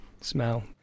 smell